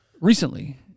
recently